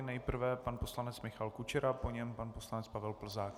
Nejprve pan poslanec Michal Kučera, po něm pan poslanec Pavel Plzák.